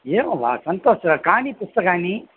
एवं वा सन्तोषः कानि पुस्तकानि